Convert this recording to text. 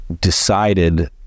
decided